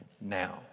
now